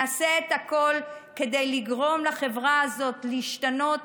נעשה הכול כדי לגרום לחברה הזאת להשתנות